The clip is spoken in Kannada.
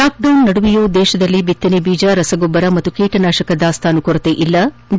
ಲಾಕ್ಡೌನ್ ನಡುವೆಯೂ ದೇಶದಲ್ಲಿ ಬಿತ್ತನೆ ಬೀಜ ರಸಗೊಬ್ಬರ ಹಾಗೂ ಕೀಟನಾಶಕ ದಾಸ್ತಾನು ಕೊರತೆಯಿಲ್ಲ ಡಿ